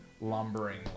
lumbering